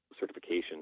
certification